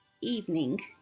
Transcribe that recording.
evening